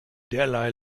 derlei